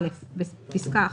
בפסקה (1),